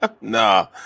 No